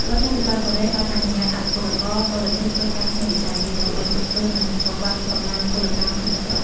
រដ្ឋាភិបាលកូរ៉េបានអនុញ្ញាតឱ្យពលករបរទេសធ្វើការក្នុងវិស័យនេះ ដើម្បីទប់ទល់នឹងកង្វះកម្លាំងពលកម្មក្នុងស្រុក ។